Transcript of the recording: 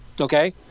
Okay